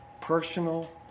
Personal